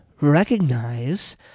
recognize